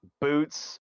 boots